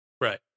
Right